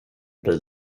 bil